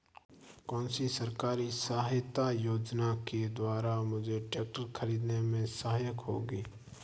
कौनसी सरकारी सहायता योजना के द्वारा मुझे ट्रैक्टर खरीदने में सहायक होगी?